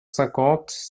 cinquante